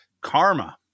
Karma